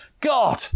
God